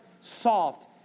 soft